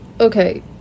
okay